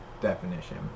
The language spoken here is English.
definition